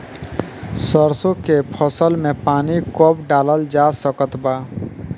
सरसों के फसल में पानी कब डालल जा सकत बा?